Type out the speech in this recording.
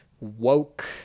woke